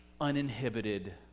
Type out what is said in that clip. uninhibited